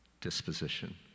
disposition